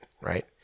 right